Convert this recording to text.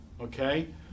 Okay